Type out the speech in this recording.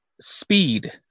speed